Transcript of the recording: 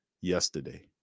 Yesterday